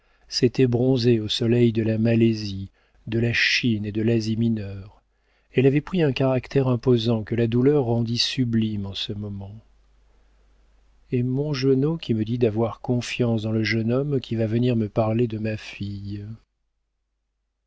s'était bronzée au soleil de la malaisie de la chine et de l'asie mineure elle avait pris un caractère imposant que la douleur rendit sublime en ce moment et mongenod qui me dit d'avoir confiance dans le jeune homme qui va venir me parler de ma fille